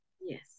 yes